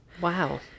Wow